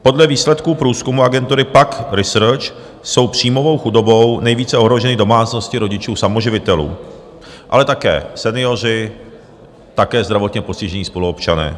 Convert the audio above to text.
Podle výsledků průzkumu agentury PAQ Research jsou příjmovou chudobou nejvíce ohroženy domácnosti rodičů samoživitelů, ale také senioři, také zdravotně postižení spoluobčané.